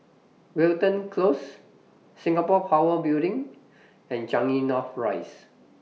Wilton Close Singapore Power Building and Changi North Rise